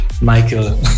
Michael